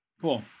cool